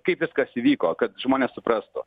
kaip viskas įvyko kad žmonės suprastų